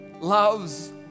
loves